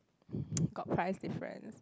got price difference